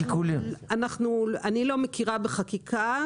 אני לא מכירה בחקיקה.